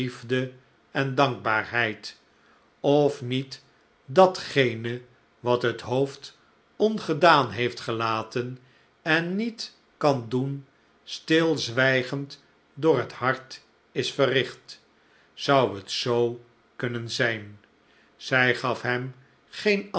en dankbaarheid of niet datgene wat het hoofd ongedaan heeft gelaten en niet kan doen stilzwijgend door het hart is verricht zou het zoo kunnen zijn zij gaf hem geen